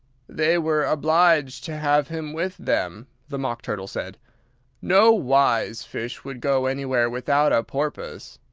they were obliged to have him with them, the mock turtle said no wise fish would go anywhere without a porpoise.